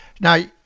Now